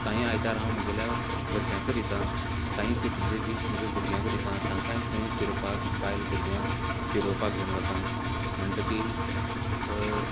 कांही आयतार हांव म्हगेल्या घरच्यांकय दिता कांही सुटयेचे दीस म्हगे भुरग्यांक दितां तांकांय खंय फिरपाक बायल भुरग्यांक फिरोवपाक घेवन वतां म्हणटगीर